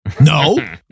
No